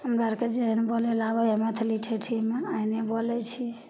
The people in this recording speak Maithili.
हमरा अरके जेहन बोलय लऽ आबय हइ मैथिली ठेठीमे ओहने बोलय छियै